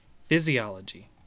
Physiology